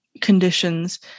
conditions